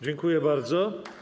Dziękuję bardzo.